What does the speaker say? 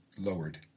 lowered